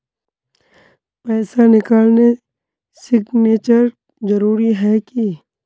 पैसा निकालने सिग्नेचर जरुरी है की?